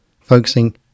focusing